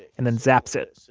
and then zaps it,